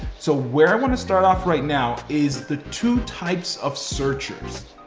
so where i wanna start off right now is the two types of searchers.